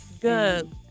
Good